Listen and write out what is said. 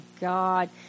God